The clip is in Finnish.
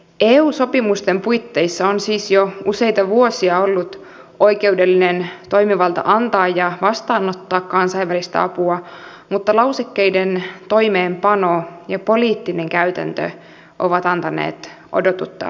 eu sopimusten puitteissa on siis jo useita vuosia ollut oikeudellinen toimivalta antaa ja vastaanottaa kansainvälistä apua mutta lausekkeiden toimeenpano ja poliittinen käytäntö ovat antaneet odotuttaa itseään